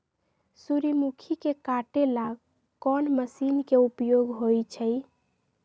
सूर्यमुखी के काटे ला कोंन मशीन के उपयोग होई छइ?